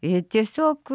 ji tiesiog